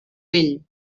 vell